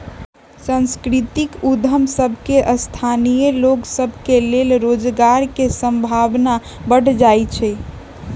सांस्कृतिक उद्यम सभ में स्थानीय लोग सभ के लेल रोजगार के संभावना बढ़ जाइ छइ